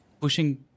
pushing